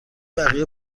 بقیه